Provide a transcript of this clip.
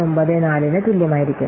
8294 ന് തുല്യമായിരിക്കും